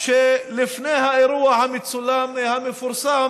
שלפני האירוע המצולם המפורסם